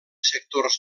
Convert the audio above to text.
sectors